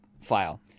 file